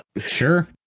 sure